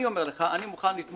אני אומר לך, אני מוכן לתמוך.